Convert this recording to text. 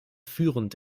führend